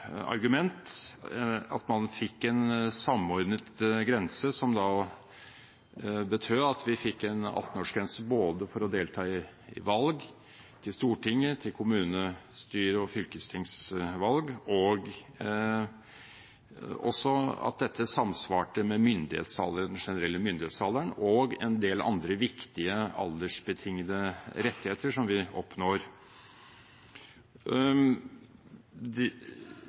argument at man fikk en samordnet grense som da betød at vi fikk 18-årsgrense både for å delta i valg til Stortinget og til kommunestyre- og fylkestingsvalg, og også at dette samsvarte med den generelle myndighetsalderen og en del andre viktige aldersbetingede rettigheter som vi oppnår.